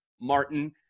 Martin